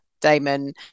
Damon